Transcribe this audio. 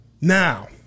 Now